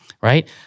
right